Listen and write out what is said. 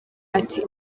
ati